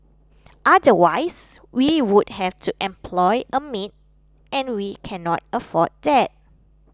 otherwise we would have to employ a maid and we cannot afford that